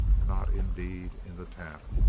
not indeed in the tap,